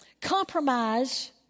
Compromise